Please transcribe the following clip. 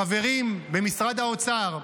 חברים במשרד האוצר,